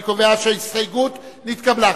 אני קובע שההסתייגות נתקבלה.